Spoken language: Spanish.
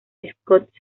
scott